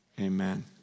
amen